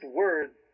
words